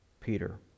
Peter